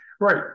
right